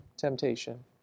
temptation